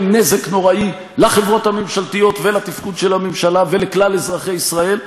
נזק נוראי לחברות הממשלתיות ולתפקוד של הממשלה ולכלל אזרחי ישראל.